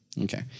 Okay